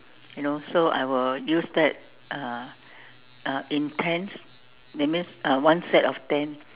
you know so I will use that uh uh in tens that means one set of ten